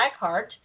Blackheart